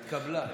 התקבלה.